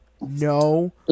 No